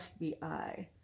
FBI